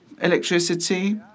electricity